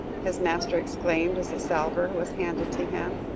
his master exclaimed, as the salver was handed to him,